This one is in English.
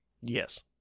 Yes